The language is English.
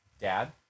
Dad